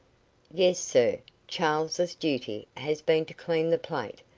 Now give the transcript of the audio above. yes, sir charles's duty has been to clean the plate,